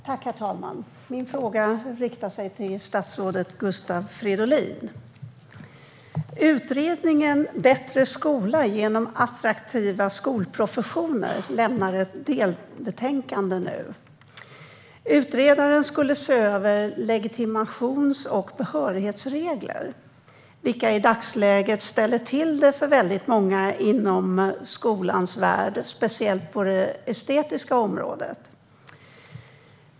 Herr talman! Min fråga riktar sig till statsrådet Gustav Fridolin. Utredningen om en bättre skola genom attraktiva skolprofessioner lämnar nu ett delbetänkande. Utredaren skulle se över legitimations och behörighetsregler, vilka i dagsläget ställer till det för väldigt många inom skolans värld - speciellt på det estetiska området.